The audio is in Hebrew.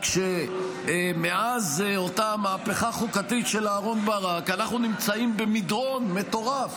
רק שמאז אותה מהפכה חוקתית של אהרן ברק אנחנו נמצאים במדרון מטורף,